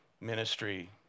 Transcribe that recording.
ministry